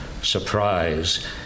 surprise